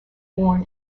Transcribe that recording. born